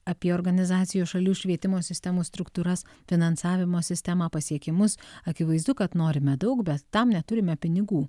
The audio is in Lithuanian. apie organizacijos šalių švietimo sistemos struktūras finansavimo sistemą pasiekimus akivaizdu kad norime daug bet tam neturime pinigų